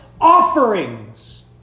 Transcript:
offerings